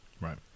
right